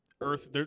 earth